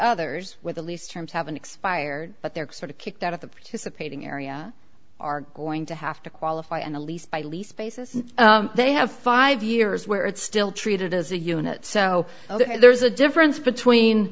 others with the lease terms haven't expired but they're sort of kicked out of the participating area are going to have to qualify and a lease by lease basis they have five years where it's still treated as a unit so there's a difference between